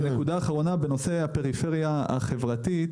נקודה אחרונה בנושא הפריפריה החברתית,